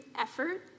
Effort